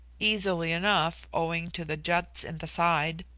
easily enough, owing to the juts in the side,